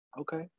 Okay